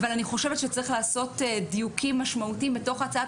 אני חושבת שצריך לעשות דיוקים משמעותיים בתוך הצעת